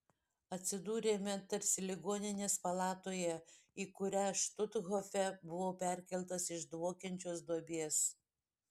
atsidūrėme tarsi ligoninės palatoje į kurią štuthofe buvau perkeltas iš dvokiančios duobės